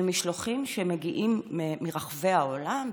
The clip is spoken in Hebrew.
למשלוחים שמגיעים מרחבי העולם,